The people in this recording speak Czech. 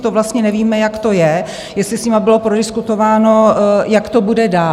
To vlastně nevíme, jak to je, jestli s nimi bylo prodiskutováno, jak to bude dál.